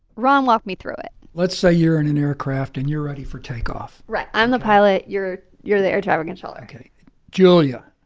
ron walked me through it let's say you're in an aircraft, and you're ready for takeoff right. i'm the pilot. you're you're the air traffic controller julia,